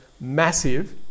massive